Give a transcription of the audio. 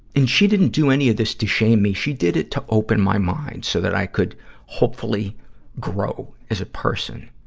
and she didn't do any of this to shame me. she did it to open my mind so that i could hopefully grow as a person.